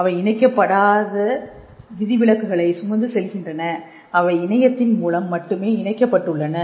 அவை இணைக்கப்படாத விதிவிலக்குகளை சுமந்து செல்கின்றன அவை இணையத்தின் மூலம் மட்டுமே இணைக்கப்பட்டுள்ளன